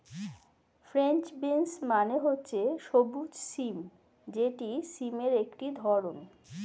French beans মানে হচ্ছে সবুজ সিম যেটি সিমের একটি ধরণ